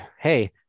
Hey